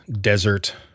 desert